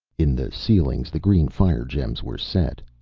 in the ceilings the green fire-gems were set,